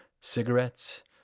Cigarettes